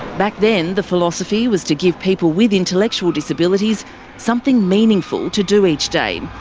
back then, the philosophy was to give people with intellectual disabilities something meaningful to do each day.